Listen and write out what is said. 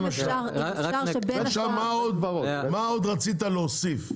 עכשיו מה עוד רצית להוסיף?